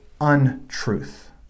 untruth